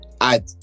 add